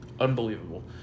unbelievable